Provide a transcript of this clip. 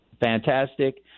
fantastic